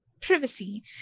privacy